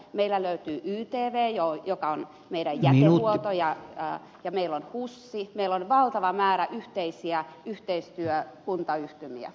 meillä löytyy ytv joka hoitaa meidän jätehuoltomme ja meillä on hus meillä on valtava määrä yhteisiä yhteistyökuntayhtymiä